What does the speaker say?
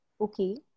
okay